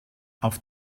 auf